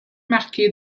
marquées